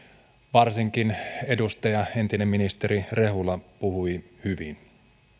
varsinkin edustaja entinen ministeri rehula puhui hyvin